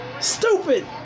stupid